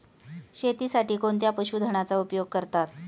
शेतीसाठी कोणत्या पशुधनाचा उपयोग करतात?